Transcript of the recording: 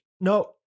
No